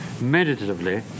meditatively